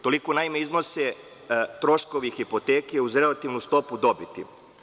Toliko iznose troškovi hipoteke uz relativnu stopu dobiti.